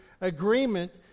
agreement